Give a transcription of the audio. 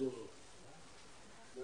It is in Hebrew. זהו.